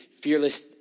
fearless